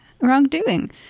wrongdoing